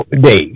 day